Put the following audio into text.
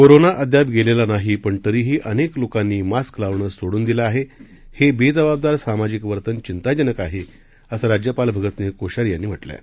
corona अद्याप गेलेला नाही पण तरीही अनेक लोकांनी मास्क लावणं सोडून दिलं आहे हे बेजबाबदार सामाजिक वर्तन चिंताजनक आहे असं राज्यपाल भगतसिंह कोश्यारी यांनी म्हटलं आहे